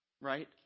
right